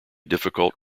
difficult